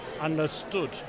understood